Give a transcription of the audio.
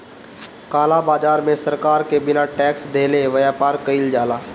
काला बाजार में सरकार के बिना टेक्स देहले व्यापार कईल जाला